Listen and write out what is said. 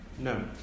No